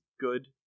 good